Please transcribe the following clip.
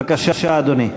בבקשה, אדוני.